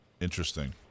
Interesting